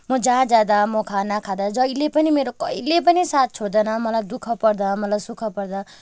म जहाँ जाँदा म खाना खाँदा जहिले पनि मेरो कहिले पनि साथ छोड्दैन मलाई दुःख पर्दा मलाई सुख पर्दा